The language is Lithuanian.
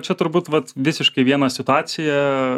čia turbūt vat visiškai vieną situaciją